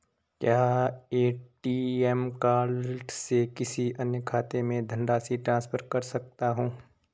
क्या ATM card से किसी अन्य खाते में धनराशि ट्रांसफर कर सकता हूँ?